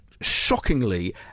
Shockingly